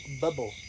bubble